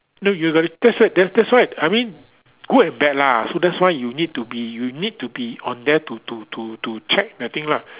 no you got the that's why that's that's why I mean good and bad lah so that's why you need to be you need to be on there to to to to check that thing lah